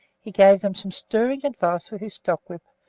he gave them some stirring advice with his stockwhip,